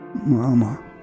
Mama